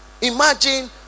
Imagine